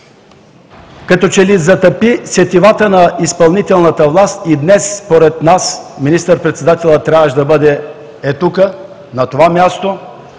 като че ли затапи сетивата на изпълнителната власт. Днес според нас министър-председателят трябваше да бъде тук, на това място,